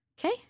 okay